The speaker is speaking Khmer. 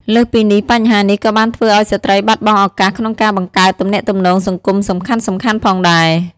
លើសពីនេះ បញ្ហានេះក៏បានធ្វើឱ្យស្ត្រីបាត់បង់ឱកាសក្នុងការបង្កើតទំនាក់ទំនងសង្គមសំខាន់ៗផងដែរ។